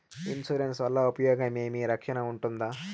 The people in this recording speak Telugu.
ఇన్సూరెన్సు వల్ల ఉపయోగం ఏమి? రక్షణ ఉంటుందా?